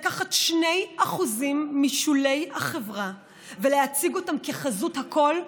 לקחת 2% משולי החברה ולהציג אותם כחזות הכול,